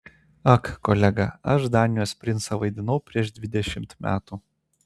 ak kolega aš danijos princą vaidinau prieš dvidešimt metų